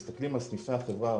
כשמסתכלים על סניפי החברה הערבית,